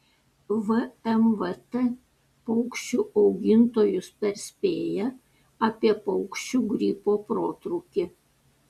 vmvt paukščių augintojus perspėja apie paukščių gripo protrūkį